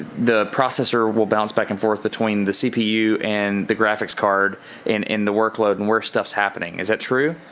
the processor will bounce back and forth between the cpu and the graphics card and in the workload and where stuff's happening. is that true?